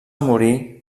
morir